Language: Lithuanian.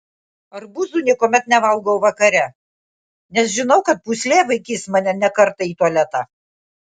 arbūzų niekuomet nevalgau vakare nes žinau kad pūslė vaikys mane ne kartą į tualetą